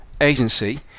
agency